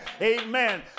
Amen